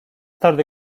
tarde